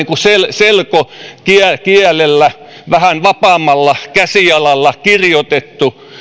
selkokielellä vähän vapaammalla käsialalla kirjoitettu